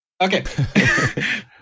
Okay